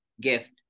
gift